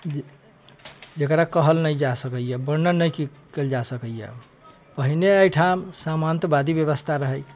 जे जेकरा कहल नहि जा सकैया वर्णन नहि कयल जा सकैया पहिने एहिठाम सामंतवादी व्यवस्था रहै